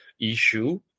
issue